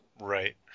Right